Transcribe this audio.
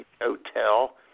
hotel